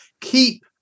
keep